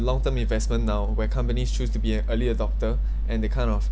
long term investment now where companies chose to be an early adopter and they kind of